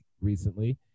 recently